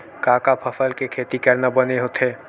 का का फसल के खेती करना बने होथे?